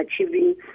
achieving